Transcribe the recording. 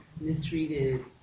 mistreated